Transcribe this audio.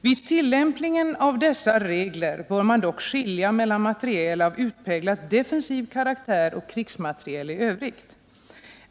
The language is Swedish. ”Vid tillämpningen av dessa regler bör man dock skilja mellan materiel av utpräglat defensiv karaktär och krigsmateriel i övrigt.